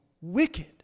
Wicked